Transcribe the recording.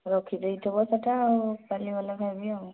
ରଖିଦେଇଥିବ ସେଇଟା ଆଉ କାଲି ଗଲେ ଖାଇବି ଆଉ